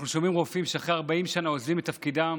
אנחנו שומעים רופאים שאחרי 40 שנה עוזבים את תפקידם